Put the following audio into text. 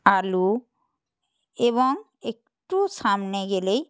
আলু এবং একটু সামনে গেলেই